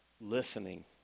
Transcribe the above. listening